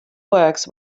works